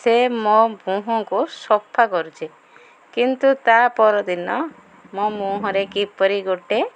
ସେ ମୋ ମୁୁହଁଙ୍କୁ ସଫା କରୁଛି କିନ୍ତୁ ତା' ପରଦିନ ମୋ ମୁହଁରେ କିପରି ଗୋଟେ